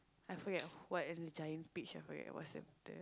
I forgot what and the Giant Peach ah I forget what's that the